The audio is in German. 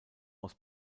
aus